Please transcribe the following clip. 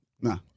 Nah